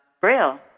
braille